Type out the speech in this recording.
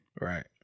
Right